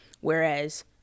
Whereas